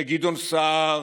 לגדעון סער,